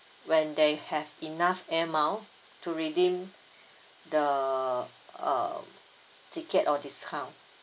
when they have enough Air Miles to redeem the err ticket or discount